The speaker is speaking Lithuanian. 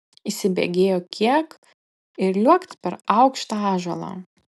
įsibėgėjo kiek ir liuokt per aukštą ąžuolą